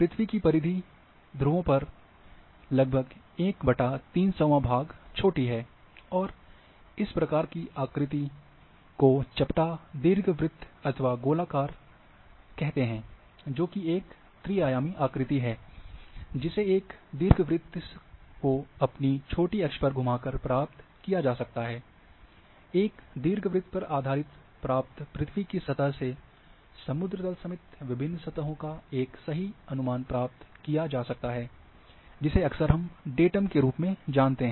पृथ्वी की परिधि ध्रुवों पर लगभग 1300 वाँ भाग छोटी है और इस प्रकार की आकृति चपटा दीर्घवृत्त अथवा गोलाकार कहलाती है जो की एक त्री आयामी आकृति है जिसे एक दीर्घवृत्त को अपनी छोटी अक्ष पर घुमाकर प्राप्त किया जा सकता है एक दीर्घवृत्त पर आधारित प्राप्त पृथ्वी की सतह से समुद्र तल सहित विभिन्न सतहों का एक सही अनुमान प्राप्त किया जा सकता है जिसे अक्सर हम डेटम के रूप में जानते हैं